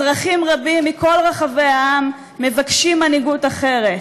אזרחים רבים מכל רחבי העם מבקשים מנהיגות אחרת,